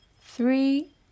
three